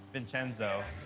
vincenzo,